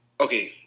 Okay